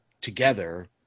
together